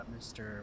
Mr